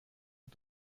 und